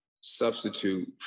substitute